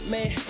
Man